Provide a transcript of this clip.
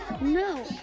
No